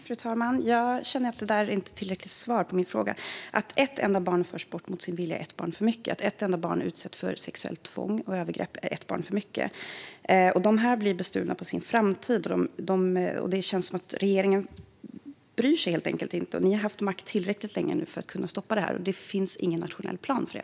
Fru talman! Jag känner att det inte var ett tillräckligt svar på min fråga. Ett enda barn som förs bort mot sin vilja är ett barn för mycket. Ett enda barn som utsätts för sexuellt tvång och övergrepp är ett barn för mycket. Dessa barn blir bestulna på sin framtid, och det känns som om regeringen helt enkelt inte bryr sig. Ni har haft makt tillräckligt länge nu för att kunna stoppa det här, men det finns ingen nationell plan för det.